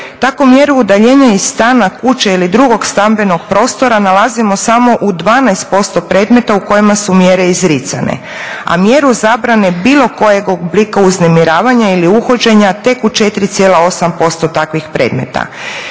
Tako mjeru udaljenja iz stana, kuće ili drugog stambenog prostora nalazimo samo u 12% predmeta u kojima su mjere izricane a mjeru zabrane bilo kojeg oblika uznemiravanja ili uhođenja tek u 4,8% takvih predmeta.